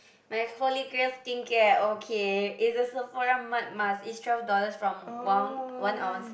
my holy grail skincare okay is a Sephora mud mask is twelve dollars from one one ounce